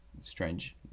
strange